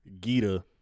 Gita